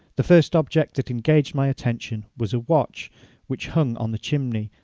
the first object that engaged my attention was a watch which hung on the chimney,